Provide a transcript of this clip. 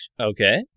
Okay